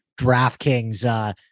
DraftKings